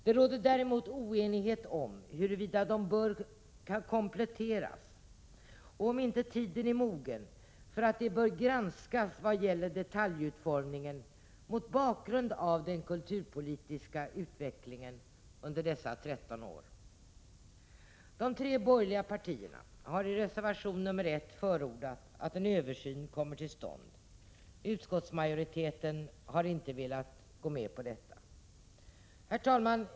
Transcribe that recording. Det råder däremot oenighet om huruvida de bör kompletteras och om inte tiden är mogen för att de bör granskas vad gäller detaljutformningen mot bakgrund av den kulturpolitiska utvecklingen under dessa 13 år. De tre borgerliga partierna har i reservation nr 1 förordat att en översyn kommer till stånd. Utskottsmajoriteten har inte velat gå med på detta. Herr talman!